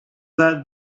that